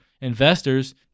investors